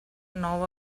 nou